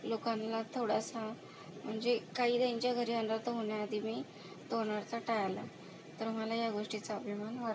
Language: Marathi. लोकांना थोडासा म्हणजे काही त्यांच्या घरी अनर्थ होण्याआधी मी तो अनर्थ टाळला तर मला या गोष्टीचा अभिमान वाट